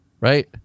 Right